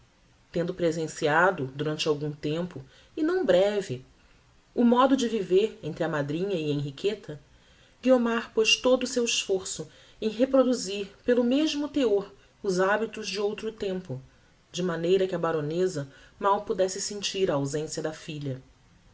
tendo presenciado durante algum tempo e não breve o modo de viver entre a madrinha e henriqueta guiomar poz todo o seu esforço em reproduzir pelo mesmo teor os habitos de outro tempo de maneira que a baroneza mal pudesse sentir a ausencia da filha